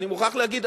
אני מוכרח להגיד,